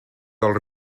del